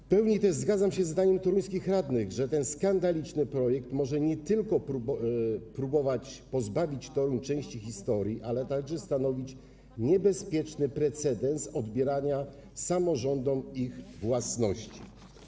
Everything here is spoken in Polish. W pełni też zgadzam się ze zdaniem toruńskich radnych, że ten skandaliczny projekt może nie tylko próbować pozbawić Toruń części historii, ale także stanowić niebezpieczny precedens odbierania samorządom ich własności.